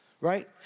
right